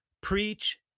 preach